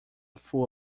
full